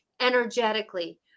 energetically